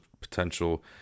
potential